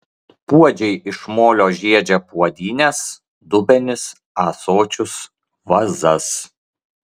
puodžiai iš molio žiedžia puodynes dubenis ąsočius vazas